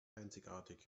einzigartig